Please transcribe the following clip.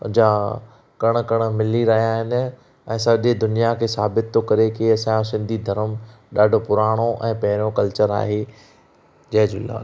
अञा कण कण मिली रहिया आहिनि ऐं सॼी दुनिया खे साबित थो करे कि असां सिंधी धर्म ॾाढो पुराणो ऐं पहिरों कल्चर आहे जय झूलेलाल